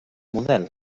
model